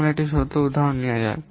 এখন এই উদাহরণটি নেওয়া যাক